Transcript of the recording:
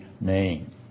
name